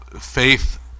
faith